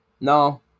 No